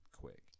quick